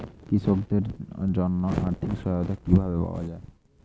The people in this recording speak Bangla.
কৃষকদের জন্য আর্থিক সহায়তা কিভাবে পাওয়া য়ায়?